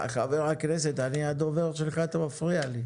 חבר הכנסת, אני הדובר שלך ואתה מפריע לי.